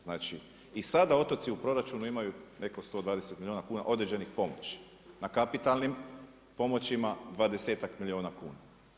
Znači i sada otoci u proračunu imaju preko 120 milijuna kuna određenih pomoći, na kapitalnim pomoćima 20-ak milijuna kuna.